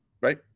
Right